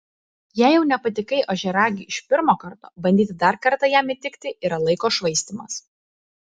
jei jau nepatikai ožiaragiui iš pirmo karto bandyti dar kartą jam įtikti yra laiko švaistymas